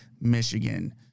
Michigan